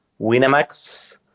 Winamax